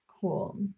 cool